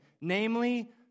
namely